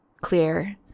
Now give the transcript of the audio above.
clear